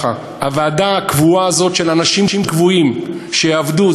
הוועדה הקבועה הזאת של אנשים קבועים שיעבדו,